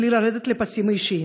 בלי לרדת לפסים אישיים,